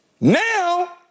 Now